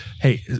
Hey